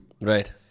Right